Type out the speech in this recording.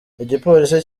igipolisi